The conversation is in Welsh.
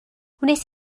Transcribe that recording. wnes